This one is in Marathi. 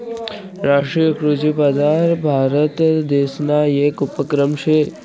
राष्ट्रीय कृषी बजार भारतदेसना येक उपक्रम शे